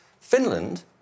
Finland